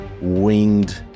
winged